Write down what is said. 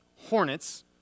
Hornets